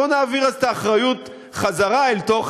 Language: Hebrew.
אז בוא נעביר את האחריות חזרה אל תוך